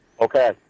Okay